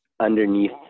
underneath